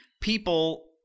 people